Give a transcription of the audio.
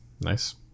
Nice